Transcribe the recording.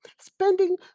Spending